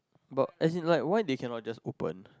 but as in like why they cannot just open